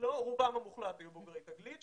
לא רובם המוחלט היו בוגרי תגלית.